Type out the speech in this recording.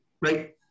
right